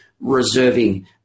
reserving